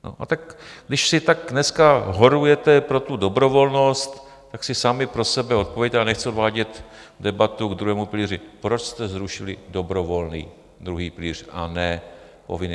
No a tak když si tak dneska horujete pro tu dobrovolnost, tak si sami pro sebe odpovězte ale nechci odvádět debatu k druhému pilíři proč jste zrušili dobrovolný druhý pilíř a ne povinný.